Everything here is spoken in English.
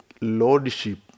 lordship